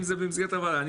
אם זה במסגרת הוועדה,